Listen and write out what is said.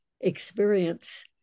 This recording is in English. experience